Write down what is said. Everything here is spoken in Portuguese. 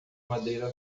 madeira